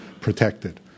protected